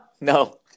No